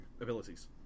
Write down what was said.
abilities